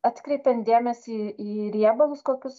atkreipiant dėmesį į riebalus kokius